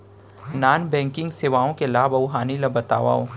non banking सेवाओं के लाभ अऊ हानि ला बतावव